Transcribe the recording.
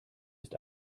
ist